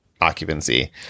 occupancy